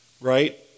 Right